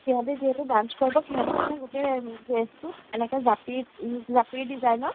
সিহঁতে যিহেতু ডান্স কৰিব সিহঁৰ মানে গোটেই ড্ৰেছটোত এনেকে জাপিৰ জাপিৰ ডিজাইনত